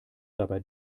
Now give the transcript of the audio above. dabei